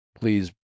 please